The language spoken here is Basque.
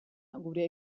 gure